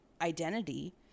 identity